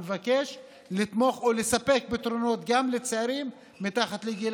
אני מבקש לתמוך ולספק פתרונות גם לצעירים מתחת לגיל